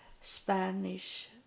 Spanish